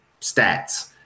stats